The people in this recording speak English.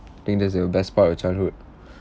I think that's the best part of childhood